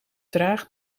traag